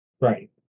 Right